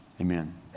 amen